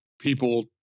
people